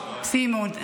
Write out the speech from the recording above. סימון.